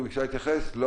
לא.